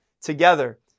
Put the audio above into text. together